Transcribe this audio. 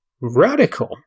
radical